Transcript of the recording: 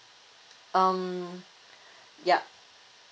um yup